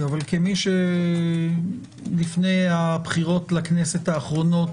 אבל כמי שלפני הבחירות האחרונות לכנסת